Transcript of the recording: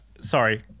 Sorry